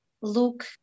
look